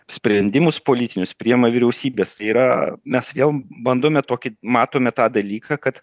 sprendimus politinius priima vyriausybės yra mes jau bandome tokį matome tą dalyką kad